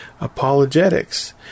Apologetics